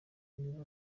neza